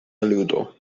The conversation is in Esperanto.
aludo